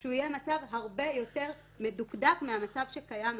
שהוא יהיה מצב הרבה יותר מדוקדק מהמצב שקיים היום.